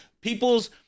people's